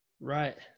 right